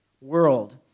world